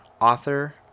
author